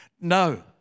no